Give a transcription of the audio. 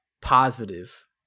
positive